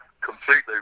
completely